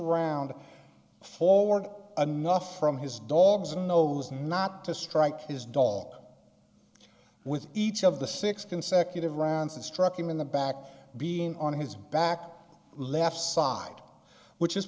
round forward anough from his dog's nose not to strike his dog with each of the six consecutive rounds and struck him in the back being on his back left side which is